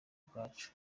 ubwacu